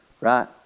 Right